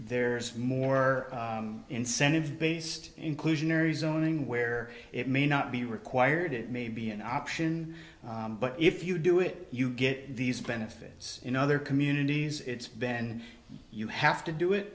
there's more incentive based inclusionary zoning where it may not be required it may be an option but if you do it you get these benefits in other communities it's been you have to do it